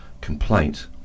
complaint